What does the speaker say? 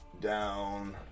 down